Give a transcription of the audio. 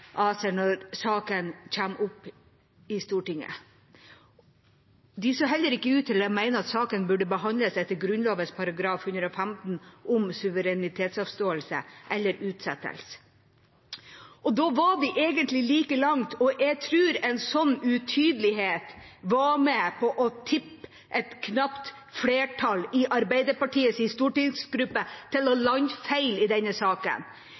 ACER når saken kommer opp i Stortinget. De så heller ikke ut til å mene at saken burde behandles etter Grunnloven § 115, om suverenitetsavståelse, eller utsettes. Da var de egentlig like langt, og jeg tror en slik utydelighet var med på å tippe et knapt flertall i Arbeiderpartiets stortingsgruppe til å lande feil i denne saken.